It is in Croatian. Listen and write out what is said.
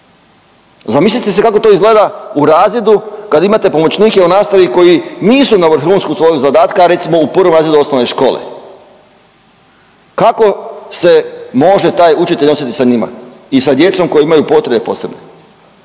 Zamislite si kako to izgleda u razredu kad imate pomoćnike u nastavi koji nisu na vrhuncu svojeg zadatka recimo u prvom razredu osnovne škole. Kako se može taj učitelj nositi sa njima i sa djecom koja imaju potrebe posebne?